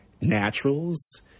naturals